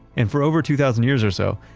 and for over two thousand years or so,